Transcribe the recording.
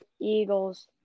Eagles